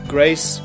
Grace